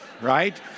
right